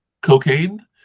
cocaine